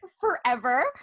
forever